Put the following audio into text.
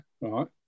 right